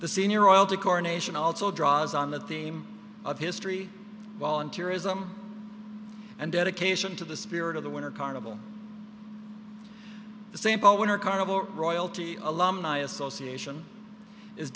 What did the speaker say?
the senior royalty coronation also draws on the theme of history voluntourism and dedication to the spirit of the winter carnival sample winter carnival royalty alumni association is